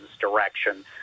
direction